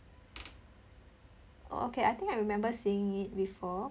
okay I think I remember seeing it before